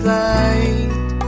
light